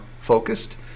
focused